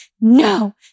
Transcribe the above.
no